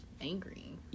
angry